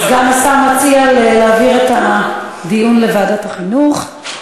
סגן השר מציע להעביר את הדיון לוועדת החינוך.